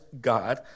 God